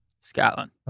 Scotland